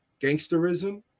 Gangsterism